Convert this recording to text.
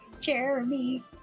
Jeremy